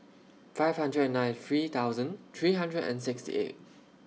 five hundred and ninety three thousand three hundred and sixty eight